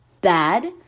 bad